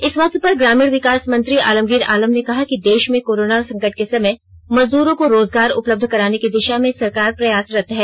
इस मौके पर ग्रामीण विकास मंत्री आलमगीर आलम ने कहा कि देष में कोरोना संकट के समय मजदूरों को रोजगार उपलब्ध कराने की दिशा में सरकार प्रयासरत है